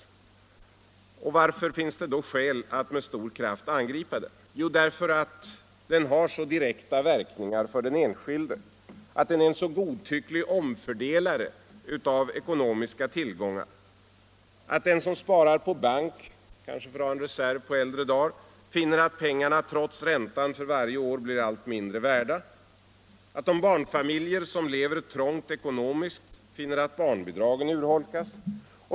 Och varför finns det då skäl att med stor kraft angripa den? Jo, inflationen har så direkta verkningar för den enskilde. Den är en godtycklig omfördelare av ekonomiska tillgångar. Den som sparar på bank, kanske för att ha en reserv på äldre dagar, finner att pengarna trots räntan för varje år blir allt mindre värda. De barnfamiljer som lever trångt ekonomiskt finner att barnbidragen urholkas.